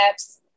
apps